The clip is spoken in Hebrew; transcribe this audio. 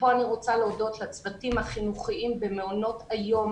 כאן אני רוצה להודות לצוותים החינוכיים במעונות היום